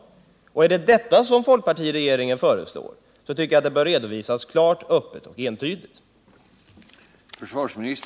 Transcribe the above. Är det detta som regeringen föreslår, tycker jag att det bör redovisas klart, öppet och entydigt.